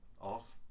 Off